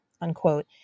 unquote